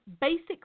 basic